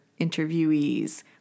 interviewees